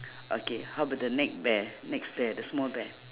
okay how about the next bear next bear the small bear